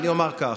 אני אומר כך,